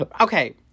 okay